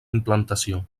implantació